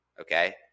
okay